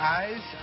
eyes